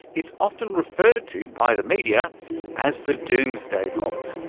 it's often referred to by the media as the doomsday vault.